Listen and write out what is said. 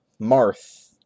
Marth